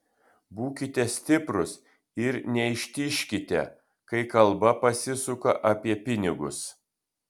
būkite stiprūs ir neištižkite kai kalba pasisuka apie pinigus